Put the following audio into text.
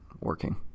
working